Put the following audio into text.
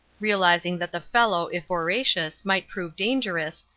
realizing that the fellow if voracious might prove dangerous,